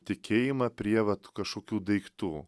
tikėjimą prie vat a tų kažkokių daiktų